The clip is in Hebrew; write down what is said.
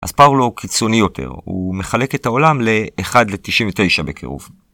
אז פאולו קיצוני יותר, הוא מחלק את העולם ל-1 ל-99 בקירוב